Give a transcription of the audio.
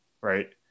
right